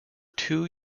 two